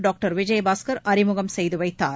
doctor Vijayabaskar அறிமுகம் செய்து வைத்தார்